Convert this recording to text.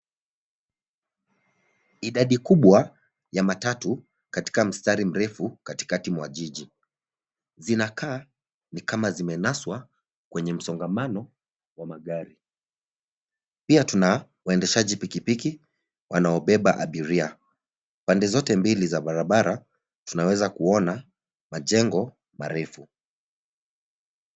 Idadi kubwa ya matatu katika mstari mrefu katikati mwa jiji. Zinakaa ni kama zimenaswa kwenye msongamano wa magari. Pia tuna waendeshaji pikipiki wanaobeba abiria. Pande zote mbili za barabara tunaweza kuona majengo marefu.